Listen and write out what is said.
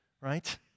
right